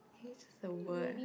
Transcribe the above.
here's the word